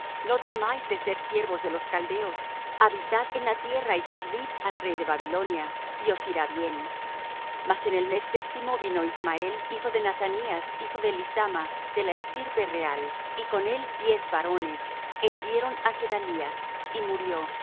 no temáis de ser siervos de los caldeos habitad en la tierra y servid al rey de babilonia y os irá bien mas en el mes séptimo vino ismael hijo de nathanías hijo de elisama de la estirpe real y con él diez varones é hirieron á gedalías y murió y